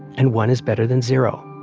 and one is better than zero